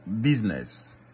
business